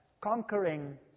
Conquering